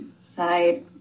side